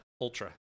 Ultra